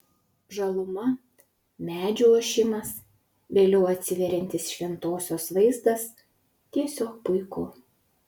žaluma medžių ošimas vėliau atsiveriantis šventosios vaizdas tiesiog puiku